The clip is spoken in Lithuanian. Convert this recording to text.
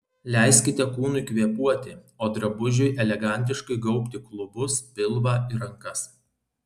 leiskite kūnui kvėpuoti o drabužiui elegantiškai gaubti klubus pilvą ir rankas